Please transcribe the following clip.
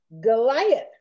Goliath